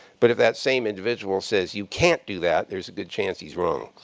but if that same individual says you can't do that, there's a good chance he's wrong.